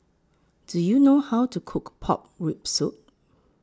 Do YOU know How to Cook Pork Rib Soup